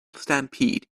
stampede